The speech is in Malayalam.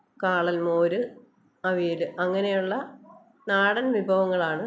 കാളൻ മോര് അവിയല് അങ്ങനെയുള്ള നാടൻ വിഭവങ്ങളാണ്